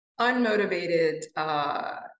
unmotivated